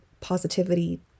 positivity